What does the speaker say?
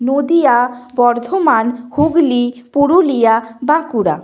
Nadia Bardhaman Hooghly Purulia Bankura